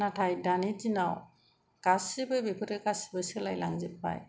नाथाय दानि दिनाव गासिबो बेफोरो सोलाय लांजोबबाय